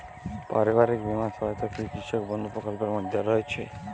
পারিবারিক বীমা সহায়তা কি কৃষক বন্ধু প্রকল্পের মধ্যে রয়েছে?